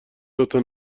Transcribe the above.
دوتا